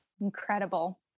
Incredible